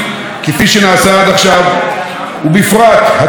ובפרט הטרור החקלאי המרים ראש בכל מקום,